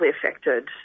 affected